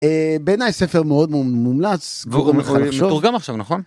בעיניי ספר מאוד מומלץ. גורם לך לחשוב. והוא מתורגם עכשיו נכון?